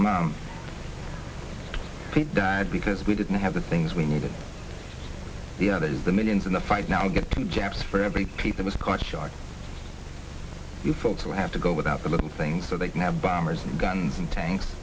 car died because we didn't have the things we needed the others the millions in the fight now get the japs for every piece of the scotch charge you folks who have to go without the little things so they can have bombers and guns and tanks